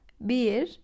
Bir